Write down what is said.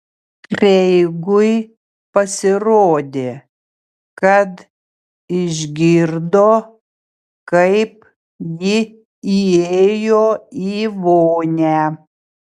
kreigui pasirodė kad išgirdo kaip ji įėjo į vonią